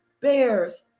bears